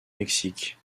mexique